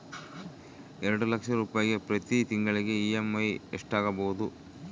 ಎರಡು ಲಕ್ಷ ರೂಪಾಯಿಗೆ ಪ್ರತಿ ತಿಂಗಳಿಗೆ ಇ.ಎಮ್.ಐ ಎಷ್ಟಾಗಬಹುದು?